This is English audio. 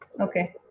Okay